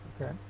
okay